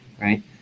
right